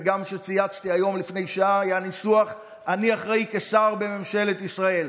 וגם כשצייצתי היום לפני שעה היה הניסוח: אני אחראי כשר בממשלת ישראל,